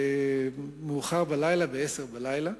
מאוחר בלילה, בעשר בלילה,